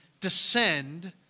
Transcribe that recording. descend